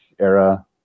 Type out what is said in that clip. era